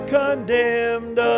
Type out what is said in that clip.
condemned